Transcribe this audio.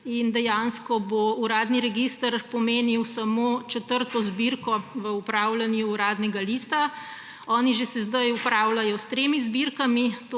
In dejansko bo uradni register pomenil samo četrto zbirko v upravljanju Uradnega lista. Oni že sedaj upravljajo s tremi zbirkami,